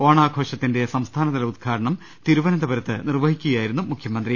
ഓണാഘോ ഷത്തിന്റെ സംസ്ഥാനതല ഉദ്ഘാടനം തിരുവനന്തപുരത്ത് നിർവഹിക്കുകയായിരുന്നു മുഖ്യമന്ത്രി